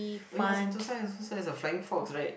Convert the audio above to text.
oh ya Sentosa has also has a flying fox right